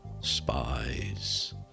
spies